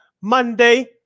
Monday